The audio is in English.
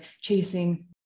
chasing